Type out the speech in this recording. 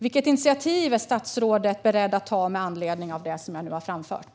Vilket initiativ är statsrådet beredd att ta med anledning av det som jag nu har framfört?